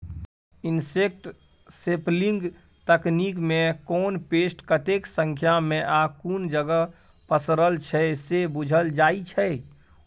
insect sampling तकनीकमे कोन pest कतेक संख्यामे आ कुन जगह पसरल छै से बुझल जाइ छै